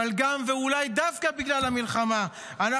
אבל גם ואולי דווקא בגלל המלחמה אנחנו